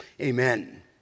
Amen